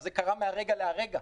זה קרה מהרגע להרגע,